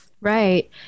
Right